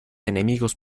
enemigos